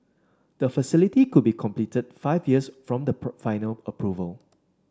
the facility could be completed five years from the final approval